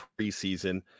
preseason